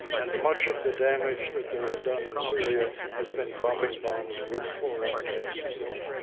and much of the damage that they have done in syria has been dropping bombs with chlorine gas in them.